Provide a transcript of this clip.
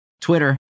Twitter